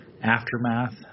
Aftermath